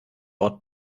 ort